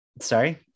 Sorry